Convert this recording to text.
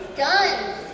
guns